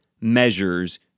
measures